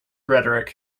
rhetoric